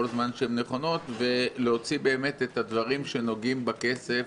זמן שהן נכונות ולהוציא את הדברים שנוגעים בכסף,